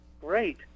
Great